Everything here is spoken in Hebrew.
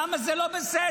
למה זה לא בסדר?